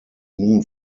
nun